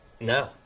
No